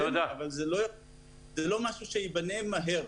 אבל זה לא משהו שייבנה מהר.